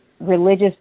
religious